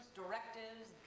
directives